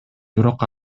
бирок